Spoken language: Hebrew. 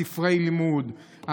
ספרי לימוד,